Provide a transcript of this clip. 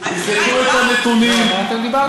חברת הכנסת נחמיאס,